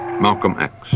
malcolm x.